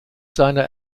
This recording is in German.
seiner